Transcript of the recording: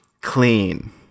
clean